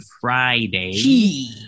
Friday